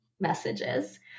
messages